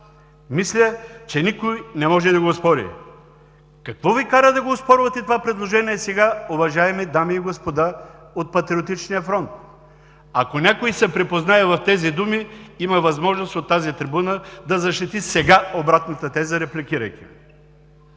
Мисля, че никой не може да го оспори. Какво Ви кара да оспорвате това предложение сега, уважаеми дами и господа от „Патриотичния фронт“? Ако някой се припознае в тези думи, има възможност сега от тази трибуна да защити обратната теза, репликирайки.